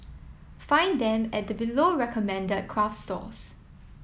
find them at the below recommended craft stores